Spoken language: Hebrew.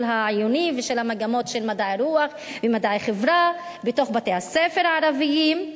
העיוני ושל המגמות של מדעי הרוח ומדעי החברה בתוך בתי-הספר הערביים,